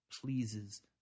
pleases